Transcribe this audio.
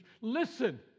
listen